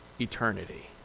eternity